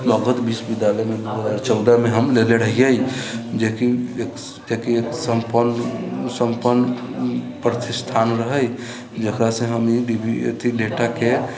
मगध विश्वविद्यालयमे दू हजार चौदहमे हम लेने रहियै जेकि एक एक संपन्न संपन्न प्रतिष्ठान रहै जेकरा से हम ई डिग्री डेटाके